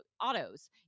autos